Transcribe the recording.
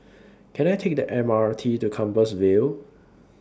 Can I Take The M R T to Compassvale